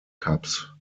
cups